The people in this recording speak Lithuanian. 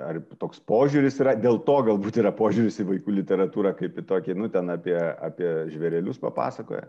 ar toks požiūris yra dėl to galbūt yra požiūris į vaikų literatūrą kaip į tokį nu ten apie apie žvėrelius papasakoja